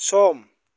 सम